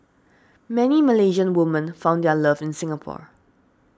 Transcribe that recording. many Malaysian women found their love in Singapore